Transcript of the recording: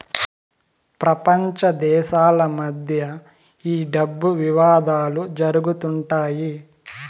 ప్రపంచ దేశాల మధ్య ఈ డబ్బు వివాదాలు జరుగుతుంటాయి